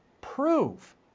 prove